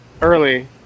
early